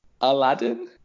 Aladdin